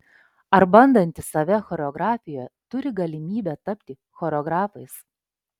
ar bandantys save choreografijoje turi galimybę tapti choreografais